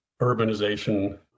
urbanization